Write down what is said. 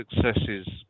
successes